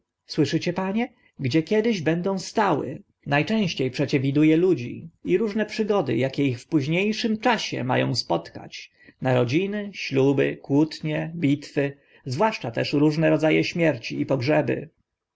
słyszycie panie gdzie kiedyś będą stały na częście przecież widu e ludzi i różne przygody akie ich w późniejszym czasie ma ą spotkać narodziny śluby kłótnie bitwy zwłaszcza też różne rodza e śmierci i pogrzeby